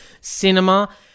cinema